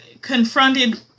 confronted